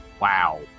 wow